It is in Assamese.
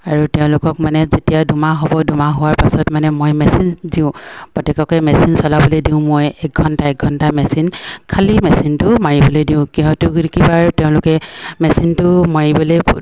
আৰু তেওঁলোকক মানে যেতিয়া দুমাহ হ'ব দুমাহ হোৱাৰ পাছত মানে মই মেচিন দিওঁ প্ৰত্যেককে মেচিন চলাবলে দিওঁ মই এক ঘণ্টা একঘণ্টা মেচিন খালি মেচিনটো মাৰিবলৈ দিওঁ তেওঁলোকে মেচিনটো মাৰিবলে